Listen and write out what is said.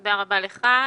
תודה רבה לך.